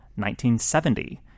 1970